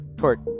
Court